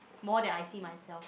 more than I see myself